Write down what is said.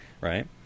Right